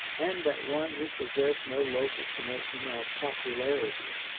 and that one who possessed no local connection or popularity,